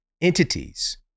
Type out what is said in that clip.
entities